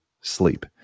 sleep